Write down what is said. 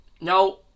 now